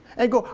and go,